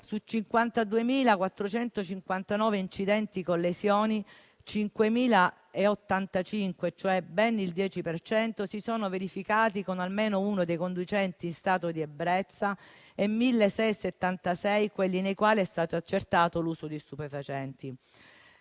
su 52.459 incidenti con lesioni, 5.085, cioè ben il 10 per cento, si sono verificati con almeno uno dei conducenti in stato di ebbrezza e in 1.676 è stato accertato l'uso di stupefacenti.